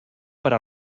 para